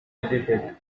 edited